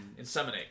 inseminate